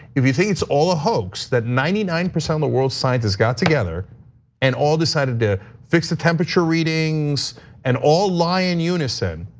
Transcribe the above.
if you think it's all a hoax, that ninety nine percent of the world's scientists got together and all decided to fix the temperature readings and all lie in unison,